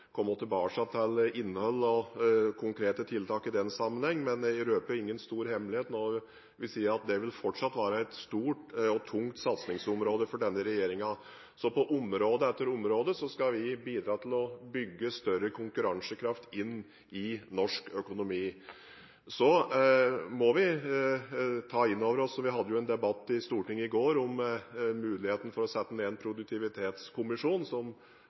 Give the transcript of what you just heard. tilbake til innhold og konkrete tiltak i den sammenheng, men jeg røper ingen stor hemmelighet når jeg sier at det fortsatt vil være et stort og tungt satsingsområde for denne regjeringen. På område etter område skal vi bidra til å bygge større konkurransekraft inn i norsk økonomi. Vi hadde en debatt i Stortinget i går om muligheten for å sette ned en produktivitetskommisjon, som